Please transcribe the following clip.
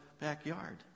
backyard